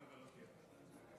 בבקשה.